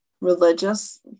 religious